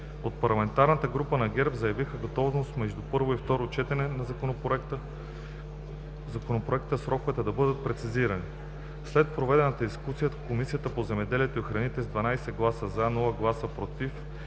От парламентарната група на ГЕРБ заявиха готовност между първо и второ четене на Законопроекта сроковете да бъде прецизирани. След проведената дискусия Комисията по земеделието и храните с 12 гласа „за“, без „против“